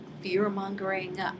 fear-mongering